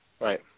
Right